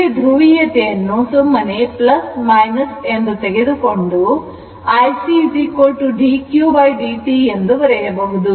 ಇಲ್ಲಿ ದ್ರುವಿಯ ತೆಯನ್ನು ಸುಮ್ಮನೆ ಎಂದು ತೆಗೆದುಕೊಂಡು IC dqdt ಎಂದು ಬರೆಯಬಹುದು